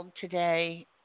today